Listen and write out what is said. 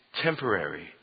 temporary